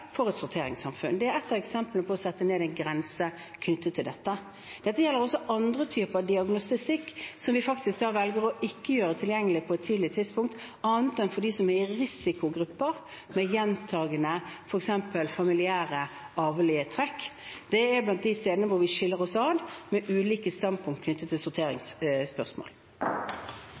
for et sorteringssamfunn. Det er et av eksemplene på å sette en grense knyttet til dette. Dette gjelder også andre typer diagnostikk som vi velger ikke å gjøre tilgjengelig på et tidlig tidspunkt, annet enn for dem som er i risikogrupper, f.eks. med gjentakende familiære, arvelige, trekk. Det er blant de områdene som skiller oss, med ulike standpunkter knyttet til